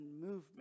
movement